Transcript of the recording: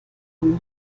vom